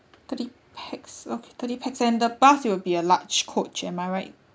thirty pax okay thirty pax and the bus will be a large coach am I right